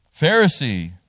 Pharisee